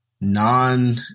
non